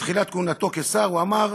בתחילת כהונתו כשר הוא אמר: